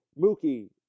Mookie